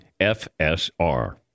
FSR